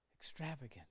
extravagant